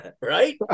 right